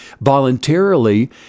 voluntarily